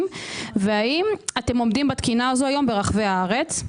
והאם אתם עומדים בתקינה הזו היום ברחבי הארץ?